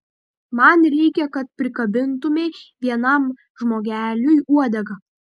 man reikia kad prikabintumei vienam žmogeliui uodegą